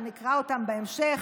אבל נקרא אותם בהמשך.